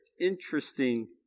interesting